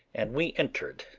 and we entered,